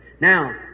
Now